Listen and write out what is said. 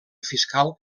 fiscal